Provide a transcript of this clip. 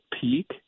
peak